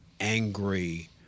angry